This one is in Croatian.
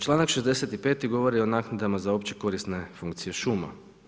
Čl. 65. govori o naknadama za opće korisne funkcije šuma.